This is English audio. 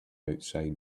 outside